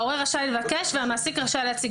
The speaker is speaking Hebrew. ההורה רשאי לבקש והמעסיק רשאי להציג.